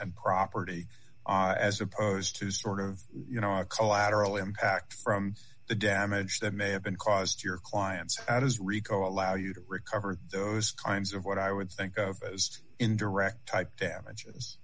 and property as opposed to sort of you know a collateral impact from the damage that may have been caused to your clients is rico allow you to recover those kinds of what i would think of as indirect type damages